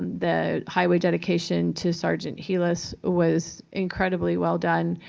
the highway dedication to sergeant helas was incredibly well done.